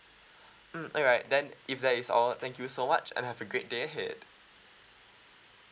mm alright then if that is all thank you so much and have a great day ahead